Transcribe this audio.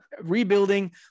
rebuilding